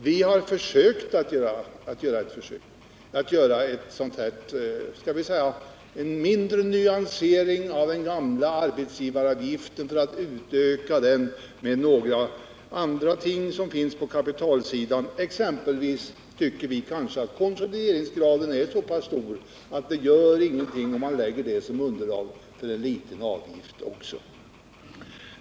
Vi har försökt med en mindre nyansering av den gamla arbetsgivaravgiften och med en utökning med några andra ting som finns på kapitalsidan. För vår del tycker vi kanske att konsolideringsgraden är så pass stor att det inte gör någonting, om även den får ligga till grund för en liten avgift.